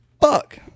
Fuck